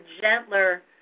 gentler